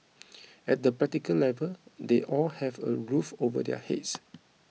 at the practical level they all have a roof over their heads